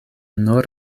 nur